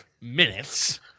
minutes